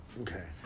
Okay